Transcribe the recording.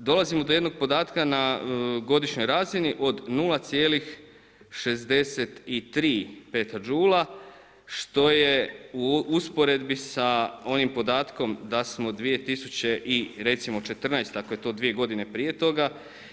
Dolazimo do jednog podatka na godišnjoj razini od 0,63 petadžula što je u usporedbi sa onim podatkom da smo 2014. ako je to godina prije toga,